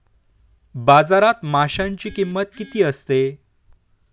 बाजारात माशांची किंमत किती असते?